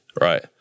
right